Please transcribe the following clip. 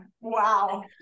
wow